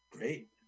great